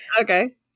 okay